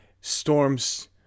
storms